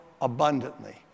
abundantly